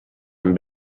amb